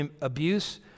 abuse